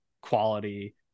quality